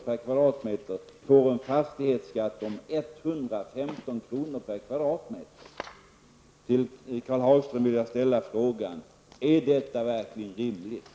per kvadratmeter som tidigare nämnda fastigheter har, får en fastighetsskatt om Till Karl Hagström vill jag ställa frågan: Är detta verkligen rimligt?